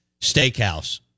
steakhouse